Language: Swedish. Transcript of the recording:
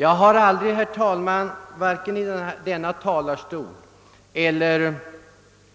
Jag har aldrig, herr talman, vare sig i denna talarstol eller